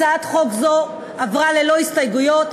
הצעת חוק זו עברה ללא הסתייגויות.